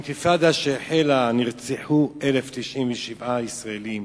באינתיפאדה נרצחו 1,097 ישראלים